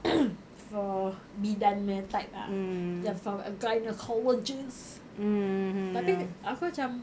for bidan punya type ah for a gynaecologist tapi aku macam